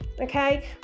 okay